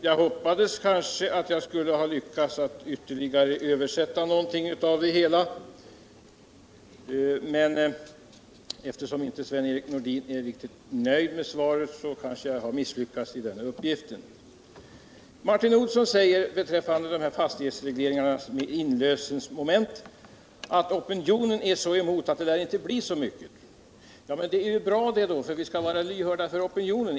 Jag hoppades kanske att jag skulle ha lyckats att ytterligare översätta något av innehållet, men eftersom inte Sven-Erik Nordin är riktigt nöjd med svaret kanske jag misslyckats med uppgiften. Martin Olsson säger beträffande fastighetsregleringarnas inlösningsmoment att opinionen är så emot att resultatet lär bli dåligt. Det är bra det, för vi skall vara lyhörda för opinionen.